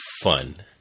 fun